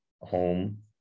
home